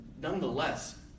nonetheless